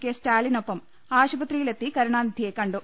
K സ്റ്റാലി നൊപ്പം ആശുപത്രിയിലെത്തി കരുണാനിധിയെ കണ്ടു